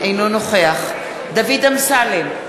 אינו נוכח דוד אמסלם,